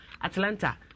Atlanta